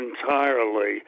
entirely